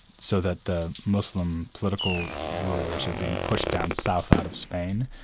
so that the muslim political rulers have been pushed down south out of spain,